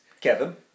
Kevin